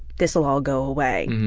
this'll all go away.